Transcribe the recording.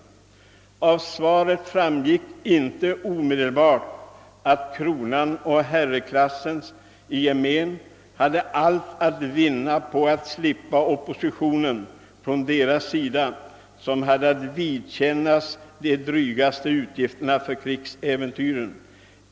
Av svaret framgick icke omedelbart att kronan och herreklassen i gemen hade allt att vinna på att slippa oppositionen från deras sida, som hade att vidkännas de drygaste utgifterna för krigsäventyren.